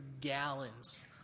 gallons